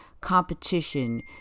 competition